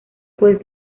juez